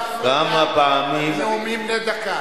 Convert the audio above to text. לא, אבל, לא להפריע בנאומים בני דקה.